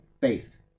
faith